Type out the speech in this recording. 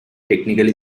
technically